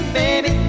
baby